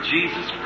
Jesus